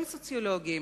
גם סוציולוגיים,